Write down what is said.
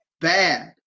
bad